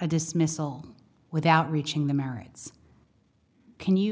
a dismissal without reaching the merits can you